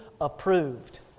approved